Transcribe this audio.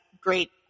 great